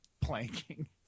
planking